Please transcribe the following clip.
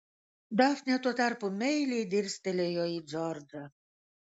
dafnė tuo tarpu meiliai dirstelėjo į džordžą